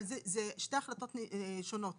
אבל עדיין מדובר בשתי החלטות שונות.